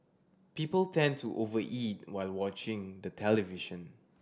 people tend to over eat while watching the television